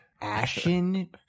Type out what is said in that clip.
Ashen